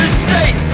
state